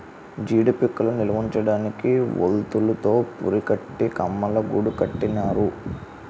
జీడీ పిక్కలు నిలవుంచడానికి వౌల్తులు తో పురికట్టి కమ్మలగూడు కట్టినారు